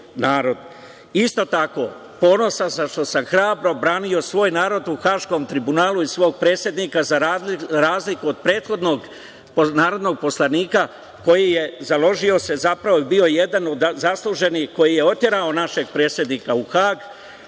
Isto tako, ponosan sam što sam hrabro branio svoj narod u Haškom tribunalu i svog predsednika, za razliku od prethodnog narodnog poslanika koji se založio, zapravo bio jedan zasluženi koji je oterao našeg predsednika u Hag,